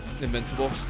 Invincible